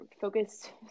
focused